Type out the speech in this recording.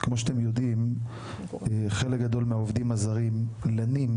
כמו שאתם יודעים, חלק גדול מהעובדים הזרים לנים